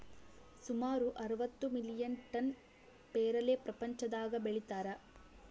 ಸುಮಾರು ಅರವತ್ತು million ton ಪೇರಲ ಪ್ರಪಂಚದಾಗ ಬೆಳೀತಾರ